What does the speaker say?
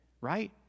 right